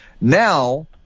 now